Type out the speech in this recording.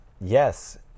yes